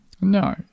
No